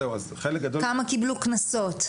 כמה קיבלו קנסות?